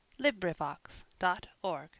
LibriVox.org